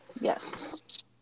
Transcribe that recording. yes